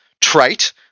trait